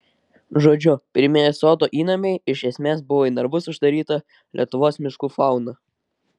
žodžiu pirmieji sodo įnamiai iš esmės buvo į narvus uždaryta lietuvos miškų fauna